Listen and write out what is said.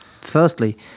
Firstly